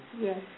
Yes